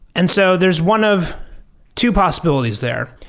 and so there's one of two possibilities there.